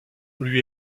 lui